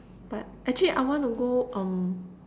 but actually I wanna go um